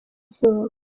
izuba